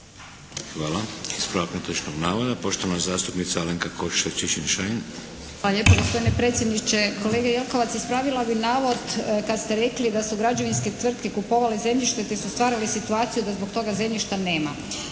Hvala. Ispravak netočnog navoda poštovana zastupnica Alenka Košiša Čičin-Šain. **Košiša Čičin-Šain, Alenka (HNS)** Hvala lijepo gospodine predsjedniče. Kolega Jelkovac, ispravila bih navod kad ste rekli da su građevinske tvrtke kupovale zemljište, te su stvarale situaciju da toga zemljišta nema.